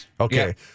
Okay